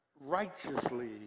righteously